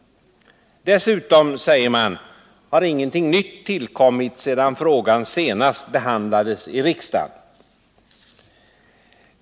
Dessutom, säger man, har ingenting nytt tillkommit sedan frågan senast behandlades i riksdagen.